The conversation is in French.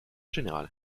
général